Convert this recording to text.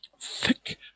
thick